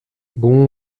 bon